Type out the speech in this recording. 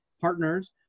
partners